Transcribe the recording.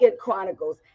Chronicles